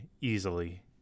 easily